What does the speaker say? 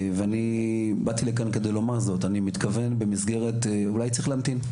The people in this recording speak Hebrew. אני באתי לכאן כדי לומר: אני מתכוון במסגרת אולי צריך להמתין,